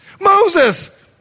Moses